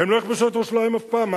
הם לא יכבשו את ירושלים אף פעם.